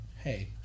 Hey